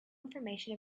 information